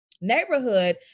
neighborhood